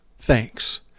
Thanks